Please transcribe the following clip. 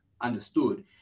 understood